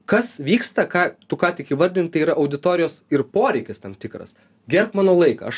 kas vyksta ką tu ką tik įvardint tai yra auditorijos ir poreikis tam tikras gerbk mano laiką aš